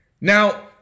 Now